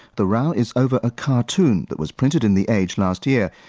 the row is over a cartoon that was printed in the age last year,